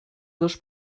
dos